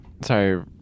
Sorry